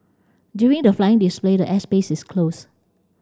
during the flying display the air space is closed